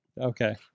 Okay